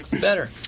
better